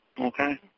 Okay